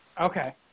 Okay